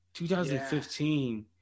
2015